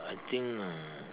I think uh